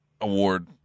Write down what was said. award